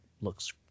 looks